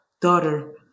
daughter